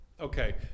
okay